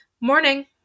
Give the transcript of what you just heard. Morning